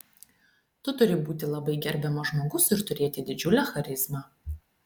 tu turi būti labai gerbiamas žmogus ir turėti didžiulę charizmą